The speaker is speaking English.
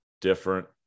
different